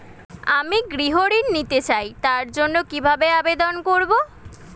আমি গৃহ ঋণ নিতে চাই তার জন্য কিভাবে আবেদন করব?